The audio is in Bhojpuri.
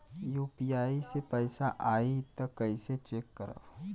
यू.पी.आई से पैसा आई त कइसे चेक करब?